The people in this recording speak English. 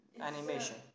animation